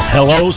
Hello